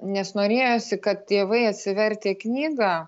nes norėjosi kad tėvai atsivertę knygą